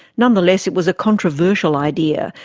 nonetheless, it was a controversial idea,